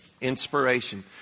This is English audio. Inspiration